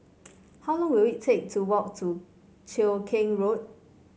how long will it take to walk to Cheow Keng Road